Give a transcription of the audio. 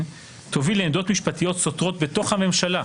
תוביל לעמדות משפטיות סותרות בתוך הממשלה.